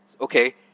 okay